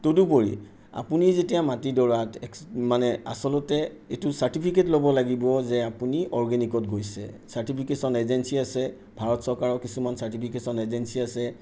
তদুপৰি আপুনি যেতিয়া মাটিডৰাত মানে আচলতে এইটো চাৰ্টিফিকেট ল'ব লাগিব যে আপুনি অৰ্গেনিকত গৈছে চাৰ্টিফিকেশ্যন এজেঞ্চী আছে ভাৰত চৰকাৰৰ কিছুমান চাৰ্টিফিকেশ্যন এজেঞ্চী আছে